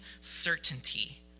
certainty